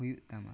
ᱦᱩᱭᱩᱜ ᱛᱟᱢᱟ